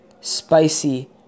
spicy